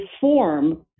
form